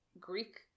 Greek